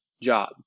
Job